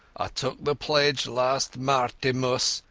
ai took the pledge last martinmas,